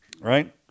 right